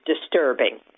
disturbing